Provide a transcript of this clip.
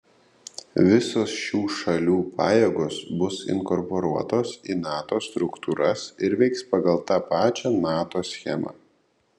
visos šių šalių pajėgos bus inkorporuotos į nato struktūras ir veiks pagal tą pačią nato schemą